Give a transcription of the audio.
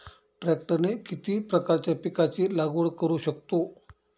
ट्रॅक्टरने किती प्रकारच्या पिकाची लागवड करु शकतो?